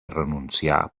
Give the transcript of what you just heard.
renunciar